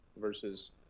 versus